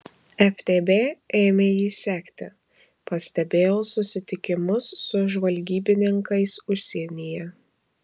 ftb ėmė jį sekti pastebėjo susitikimus su žvalgybininkais užsienyje